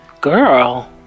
girl